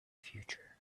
future